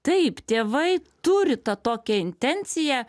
taip tėvai turi tą tokią intenciją